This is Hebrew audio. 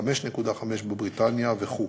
5.5 בבריטניה וכו',